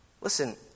Listen